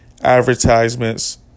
advertisements